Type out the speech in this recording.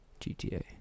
GTA